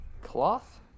Cloth